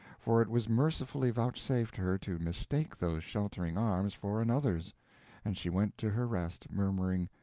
for it was mercifully vouchsafed her to mistake those sheltering arms for another's and she went to her rest murmuring,